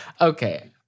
Okay